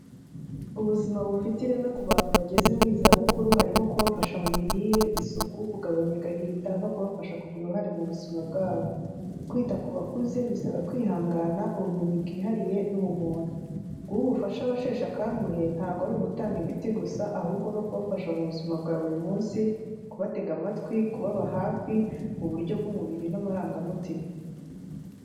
Ubuzima bufite ireme ku bantu bageze mu zabukuru harimo kubafasha mu mirire isuku kugabanya agahinda no kubafasha kugira uruhare mu buzima bwabo, kwita ku bakuze bisaba kwihangana ubumenyi bwihariye n'ubumuntu, guha ubufasha abasheshe akanguhe ntabwo ari ugutanga imiti gusa ahubwo no kubafasha mu buzima bwa buri munsi, kubatega amatwi, kubaba hafi mu buryo bw'umubiri n'amarangamutima.